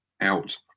out